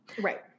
Right